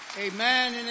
Amen